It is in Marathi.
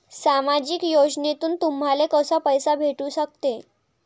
सामाजिक योजनेतून तुम्हाले कसा पैसा भेटू सकते?